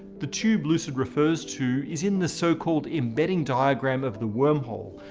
the tube lucid refers to is in the so-called embedding diagram of the wormhole.